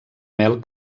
mel